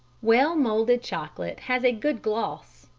well-moulded chocolate has a good gloss,